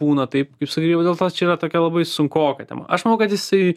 būna taip kaip sakai jau dėl to čia yra tokia labai sunkoka tema aš manau kad jisai